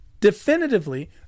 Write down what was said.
definitively